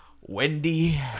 Wendy